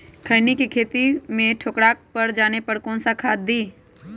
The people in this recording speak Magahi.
खैनी के खेत में ठोकरा पर जाने पर कौन सा खाद दी?